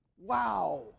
Wow